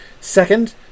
Second